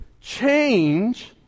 change